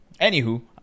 Anywho